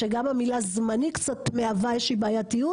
שגם המילה זמני קצת מהווה איזושהי בעייתיות,